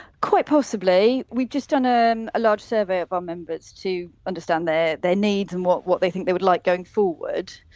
quite possibly. we've just done a um large survey of our members to understand their needs and what what they think they would like going forward.